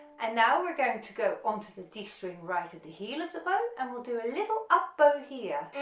and now we're going to go onto the d string right at the heel of the bow and we'll do a little up bow here,